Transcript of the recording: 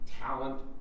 talent